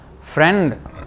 friend